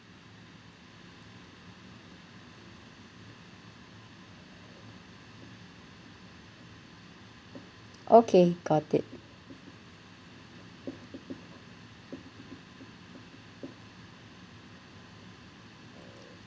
okay got it